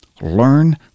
learn